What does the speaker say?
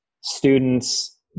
students